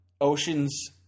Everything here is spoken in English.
Oceans